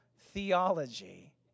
Theology